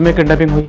and kidnapping